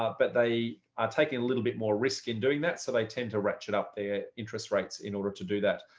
but they are taking a little bit more risk in doing that. so they tend to ratchet up their interest rates in order to do that.